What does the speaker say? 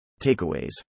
Takeaways